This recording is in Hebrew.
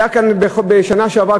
היה כאן בשנה שעברה,